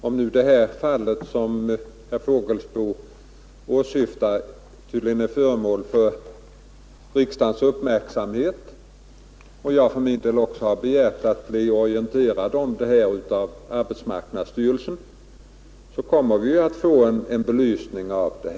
Herr talman! Om nu det fall som herr Fågelsbo åsyftar tydligen är föremål för riksdagens uppmärksamhet och jag för min del också har begärt att bli orienterad om det av arbetsmarknadsstyrelsen, så kommer vi ju att få en belysning av det.